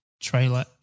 trailer